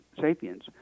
sapiens